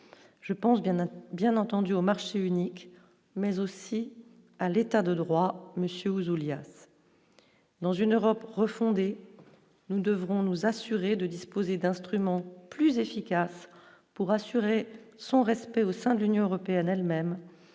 bien à bien entendu au marché unique, mais aussi à l'État de droit monsieur Ouzoulias dans une Europe refondée, nous devons nous assurer de disposer d'instruments plus efficaces pour assurer son respect au sein de l'Union européenne elle-même,